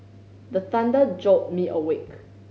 the thunder jolt me awake